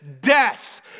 Death